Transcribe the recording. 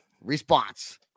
response